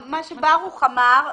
מה שברוך אמר.